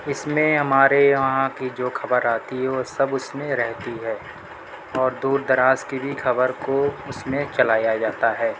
اس میں ہمارے یہاں کی جو خبر آتی ہے وہ سب اس میں رہتی ہے اور دور دراز کی بھی خبر کو اس میں چلایا جاتا ہے